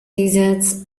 lizards